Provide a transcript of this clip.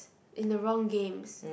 in the wrong games